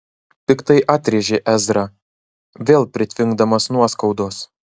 piktai atrėžė ezra vėl pritvinkdamas nuoskaudos